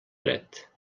dret